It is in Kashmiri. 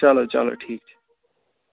چلو چلو ٹھیٖک چھُ